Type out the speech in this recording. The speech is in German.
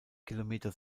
kilometer